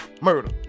Murder